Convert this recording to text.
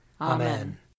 Amen